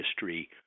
history